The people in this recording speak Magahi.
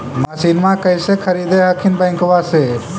मसिनमा कैसे खरीदे हखिन बैंकबा से?